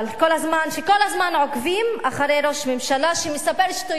שכל הזמן עוקבות אחרי ראש הממשלה שמספר שטויות